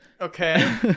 okay